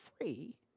free